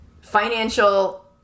financial